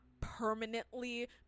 permanently